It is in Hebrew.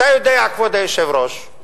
אתה יודע, כבוד היושב-ראש,